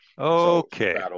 okay